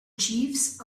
chiefs